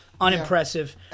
unimpressive